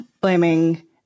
blaming